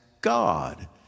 God